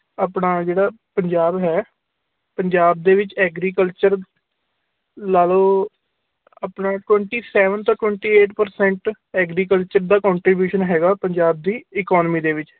ਆਪਣਾ ਜਿਹੜਾ ਪੰਜਾਬ ਹੈ ਪੰਜਾਬ ਦੇ ਵਿੱਚ ਐਗਰੀਕਲਚਰ ਲਾ ਲਓ ਆਪਣਾ ਟਵੈਂਟੀ ਸੈਵਨ ਤੋਂ ਟਵੈਂਟੀ ਏਟ ਪਰਸੈਟ ਐਗਰੀਕਲਚਰ ਦਾ ਕੰਟਰੀਬਿਊਸ਼ਨ ਹੈਗਾ ਪੰਜਾਬ ਦੀ ਇਕੋਨਮੀ ਦੇ ਵਿੱਚ